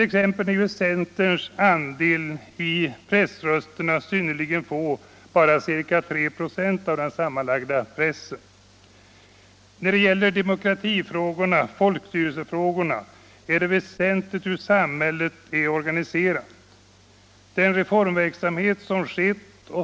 Exempelvis är centerns andel i pressrösterna synnerligen liten — bara ca 3 96 av den sammanlagda pressen.